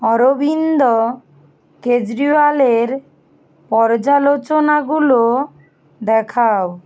অরবিন্দ কেজরিওয়ালের পর্যালোচনাগুলো দেখাও